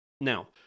Now